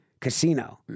Casino